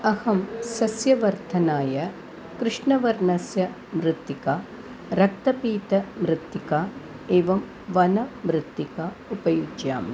अहं सस्यवर्धनाय कृष्णवर्णस्य मृत्तिकां रक्तपीतमृत्तिकाम् एवं वनमृत्तिकाम् उपयुज्यामि